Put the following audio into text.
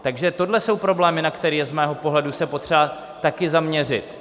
Takže tohle jsou problémy, na které je z mého pohledu se potřeba taky zaměřit.